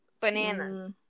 Bananas